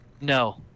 No